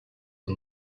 and